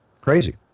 Crazy